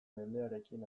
mendearekin